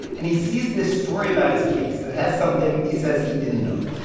and he sees this story about his case that has something he says he didn't know.